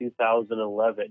2011